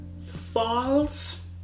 false